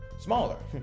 smaller